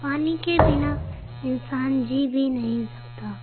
پانی کے بنا انسان جی بھی نہیں سکتا